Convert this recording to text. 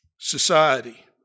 society